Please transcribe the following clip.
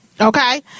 Okay